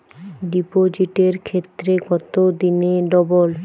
ডিপোজিটের ক্ষেত্রে কত দিনে ডবল?